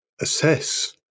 assess